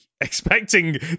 expecting